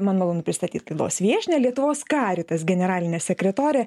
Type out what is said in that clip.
man malonu pristatyt laidos viešnią lietuvos karitas generalinė sekretorė